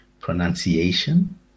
pronunciation